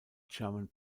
german